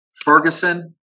Ferguson